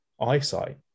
eyesight